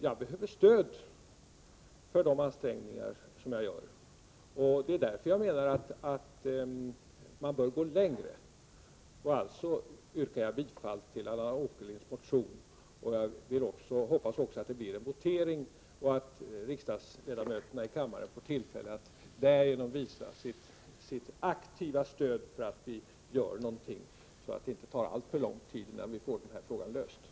Jag behöver stöd för de ansträngningar som jag gör, och det är därför jag menar att man bör gå längre. Alltså yrkar jag bifall till Allan Åkerlinds motion. Jag hoppas också att det blir en votering, så att riksdagsledamöterna i kammaren får tillfälle att visa sitt aktiva stöd så att vi får denna fråga löst.